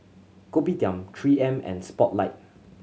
Kopitiam Three M and Spotlight